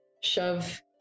shove